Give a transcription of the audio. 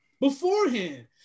beforehand